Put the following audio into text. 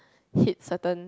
hit certain